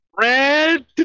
Red